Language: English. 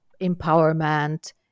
empowerment